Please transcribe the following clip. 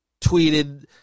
tweeted